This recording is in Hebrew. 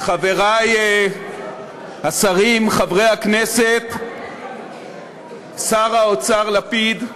חברי השרים, חברי הכנסת, שר האוצר לפיד,